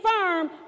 firm